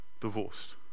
divorced